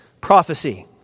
prophecy